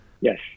Yes